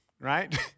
right